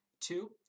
two